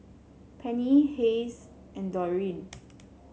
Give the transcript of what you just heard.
Penny Hays and Doreen